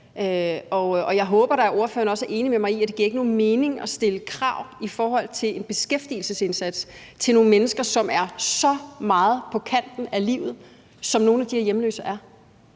Og jeg håber da, at ordføreren også er enig med mig i, at det ikke giver nogen mening at stille krav, i forhold til en beskæftigelsesindsats, til nogle mennesker, som er så meget på kanten af livet, som nogle af de her hjemløse er.